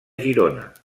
girona